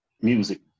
music